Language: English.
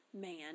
man